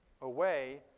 away